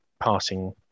passing